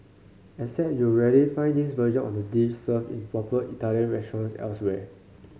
except you'll rarely find this version on the dish served in proper Italian restaurants elsewhere